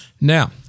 Now